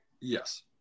yes